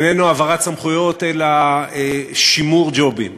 הוא העברת סמכויות לשימור ג'ובים.